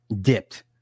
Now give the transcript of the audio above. dipped